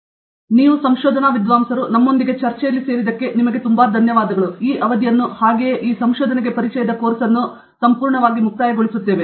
ಆದ್ದರಿಂದ ನಮ್ಮೊಂದಿಗೆ ಸೇರಲು ನಿಮಗೆ ತುಂಬಾ ಧನ್ಯವಾದಗಳು ಮತ್ತು ಇತರ ಜನರು ನೀವು ಇದೀಗ ಏನು ಮಾಡುತ್ತಿರುವಂತೆಯೇ ಸ್ಥಾನಗಳಿಗೆ ಬರುತ್ತಾರೆ ಎಂದು ನಾನು ಭಾವಿಸುತ್ತೇನೆ